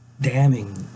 damning